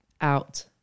out